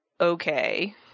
okay